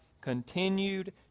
continued